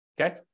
Okay